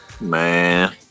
man